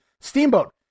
Steamboat